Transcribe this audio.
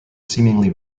seemingly